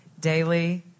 daily